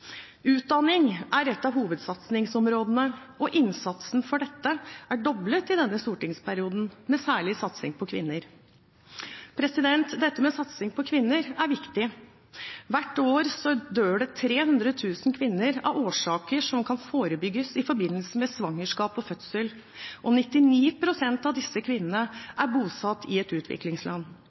Utdanning er et av hovedsatsingsområdene, og innsatsen for dette er doblet i denne stortingsperioden, med særlig satsing på kvinner. Dette med satsing på kvinner er viktig. Hvert år dør 300 000 kvinner av årsaker som kan forebygges, i forbindelse med svangerskap og fødsel. 99 pst. av disse kvinnene er bosatt i et utviklingsland.